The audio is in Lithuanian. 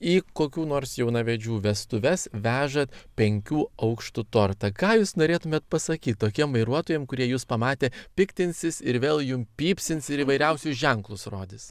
į kokių nors jaunavedžių vestuves veža penkių aukštų tortą ką jūs norėtumėt pasakyt tokiem vairuotojam kurie jus pamatę piktinsis ir vėl jum pypsins ir įvairiausius ženklus rodys